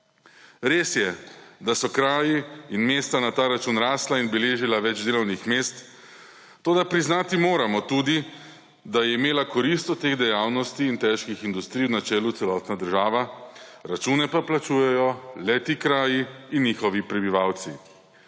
Res je, da so kraji in mesta na ta račun rasla in beležila več delovnih mest, toda priznati moramo tudi, da je imela korist od teh dejavnosti in težkih industrij na čelu celotna država, račune pa plačujejo le ti kraji in njihovi prebivalci,